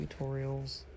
tutorials